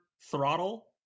throttle